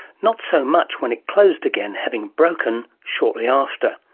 not so much when it closed again having broken shortly after.